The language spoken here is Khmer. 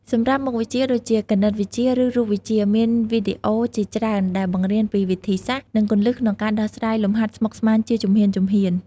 សម្រាប់មុខវិជ្ជាដូចជាគណិតវិទ្យា ឬរូបវិទ្យា មានវីដេអូជាច្រើនដែលបង្រៀនពីវិធីសាស្ត្រ និងគន្លឹះក្នុងការដោះស្រាយលំហាត់ស្មុគស្មាញជាជំហានៗ។